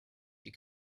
you